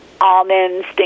almonds